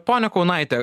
ponia kaunaite